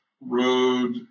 Road